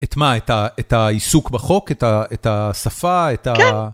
את מה? את העיסוק בחוק, את השפה, את ה...כן